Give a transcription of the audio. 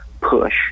push